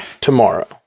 tomorrow